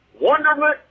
wonderment